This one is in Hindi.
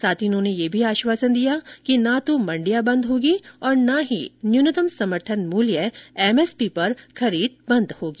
साथ ही उन्होंने यह भी आश्वासन दिया कि न तो मंडिया बंद होगी न ही न्यूनतम समर्थन मूल्य एमएसपी पर खरीद बंद होगी